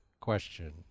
question